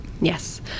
Yes